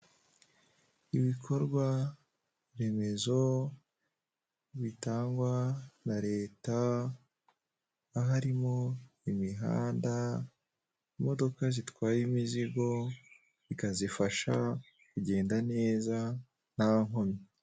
Iri iduka ricururizwamo ibintu bigiye bitandukanye harimo ibitenge abagore bambara bikabafasha kwirinda kugaragaza ubwambure bwabo.